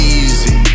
easy